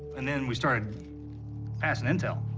and then we started passing intel.